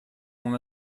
mon